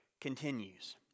continues